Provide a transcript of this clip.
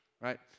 right